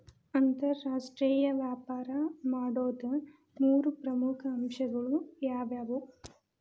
ಅಂತರಾಷ್ಟ್ರೇಯ ವ್ಯಾಪಾರ ಮಾಡೋದ್ ಮೂರ್ ಪ್ರಮುಖ ಅಂಶಗಳು ಯಾವ್ಯಾವು?